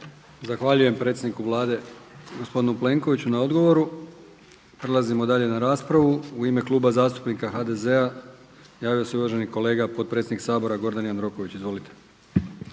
Zahvaljujem predsjedniku Vlade RH gospodinu Plenkoviću na odgovoru. Prelazimo dalje na raspravu. U ime Kluba zastupnika HDZ-a javio se uvaženi kolega potpredsjednik Sabora Gordan Jandroković. Izvolite.